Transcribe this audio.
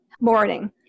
morning